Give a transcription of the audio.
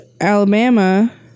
Alabama